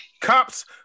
Cops